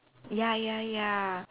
ya ya ya